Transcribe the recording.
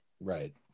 right